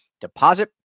deposit